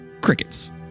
Crickets